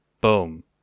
Boom